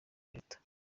leta